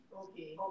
okay